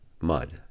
mud